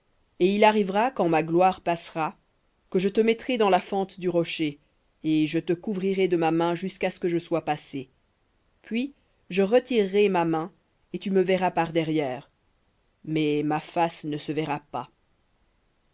et il arrivera quand ma gloire passera que je te mettrai dans la fente du rocher et je te couvrirai de ma main jusqu'à ce que je sois passé puis je retirerai ma main et tu me verras par derrière mais ma face ne se verra pas